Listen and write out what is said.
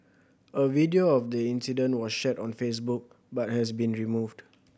a video of the incident was shared on Facebook but has been removed